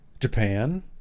Japan